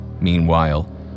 meanwhile